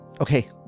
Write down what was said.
Okay